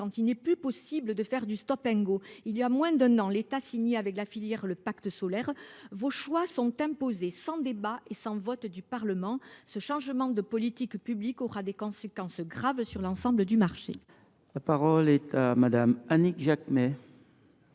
2050, il n’est plus possible de faire du. Il y a moins d’un an, l’État signait avec la filière le Pacte solaire ; or vous imposez aujourd’hui vos choix sans débat et sans vote du Parlement. Ce changement de politique publique aura des conséquences graves sur l’ensemble du marché. La parole est à Mme Annick Jacquemet,